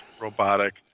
robotic